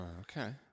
Okay